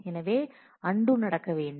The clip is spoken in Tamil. எனவே அன்டூ நடக்க வேண்டும்